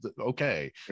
okay